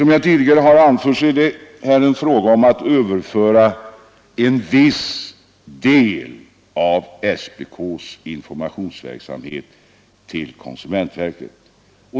Som jag tidigare anfört är det här fråga om att överföra en viss del av SPK:s informationsverksamhet till konsumentverket.